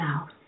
South